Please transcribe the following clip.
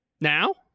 now